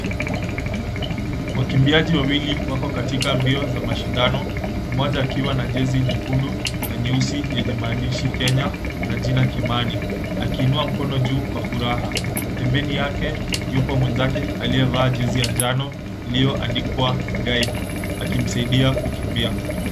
Wakimbiaji wawili wako katika mbio za mashindano. Mmoja akiwa na jezi nyekundu na nyeusi yenye mahandishi Kenya na jina Kimani akiinua mikono juu kwa furaha. Pembeni yake yupo mwenzake aliyevaa jezi ya njano iliyoandikwa, Guide akimsaidia kukimbia.